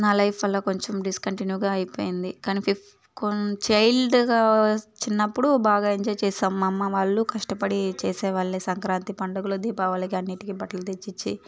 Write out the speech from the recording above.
నా లైఫ్ వల్ల కొంచెం డిస్కంటిన్యూగా అయిపోయింది కానీ ఫిఫ్ కొన్ చైల్డుగా చిన్నప్పుడు బాగా ఎంజాయ్ చేసాము మా అమ్మ వాళ్ళు కష్టపడే చేసే వాళ్ళే సంక్రాంతి పండుగలు దీపావళికి అన్నిట్లికి బట్టలు తెచ్చిచ్చి